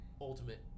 ultimate